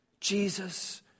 Jesus